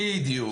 בדיוק.